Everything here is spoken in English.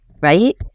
Right